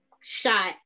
shot